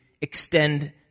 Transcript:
extend